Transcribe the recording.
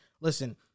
Listen